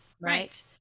Right